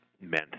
meant